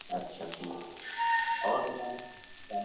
اچھا ٹھیک اور بتائیں سر